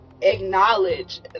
acknowledge